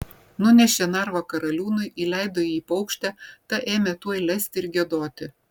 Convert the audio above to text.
nunešė narvą karaliūnui įleido į jį paukštę ta ėmė tuoj lesti ir giedoti